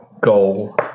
goal